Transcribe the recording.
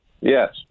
yes